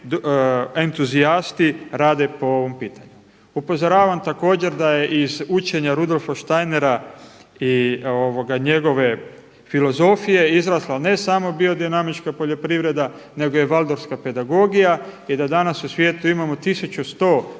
entuzijasti rade po ovom pitanju. Upozoravam također da je iz učenja Rudolfa Steinera i njegove filozofije izrasla ne samo biodinamička poljoprivreda, nego i Waldorfska pedagogija i da dana u svijetu imamo